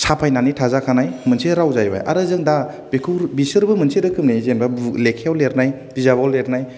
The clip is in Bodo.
साफायनानै थाजाखानाय मोनसे राव जाहैबाय आरो जों दा बेखौ बिसोरबो मोनसे रोखोमनि जेनेबा लेखायाव लिरनाय बिजाबाव लिरनाय